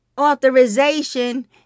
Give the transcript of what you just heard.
authorization